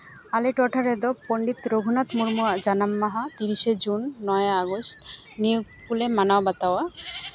ᱟᱞᱮ ᱴᱚᱴᱷᱟ ᱨᱮᱫᱚ ᱯᱚᱱᱰᱤᱛ ᱨᱚᱜᱷᱩᱱᱟᱛᱷ ᱢᱩᱴᱢᱩᱣᱟᱜ ᱡᱟᱱᱟᱢ ᱢᱟᱦᱟ ᱛᱤᱨᱤᱥᱟ ᱡᱩᱱ ᱱᱚᱭᱮ ᱟᱜᱚᱥᱴ ᱱᱤᱭᱟᱹ ᱠᱚᱞᱮ ᱢᱟᱱᱟᱣ ᱵᱟᱛᱟᱣᱟ